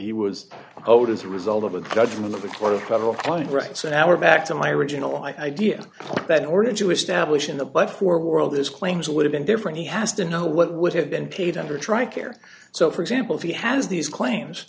he was owed as a result of the judgment of the federal judge right so now we're back to my original i deal that in order to establish in the but for world his claims would have been different he has to know what would have been paid under tri care so for example if he has these claims